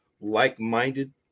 like-minded